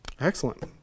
excellent